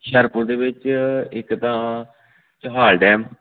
ਹੁਸ਼ਿਆਰਪੁਰ ਦੇ ਵਿੱਚ ਇੱਕ ਤਾਂ ਚੋਹਾਲ ਡੈਮ